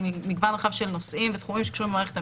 מגוון רחב של נושאים ותחומים שקשורים במערכת המשפט,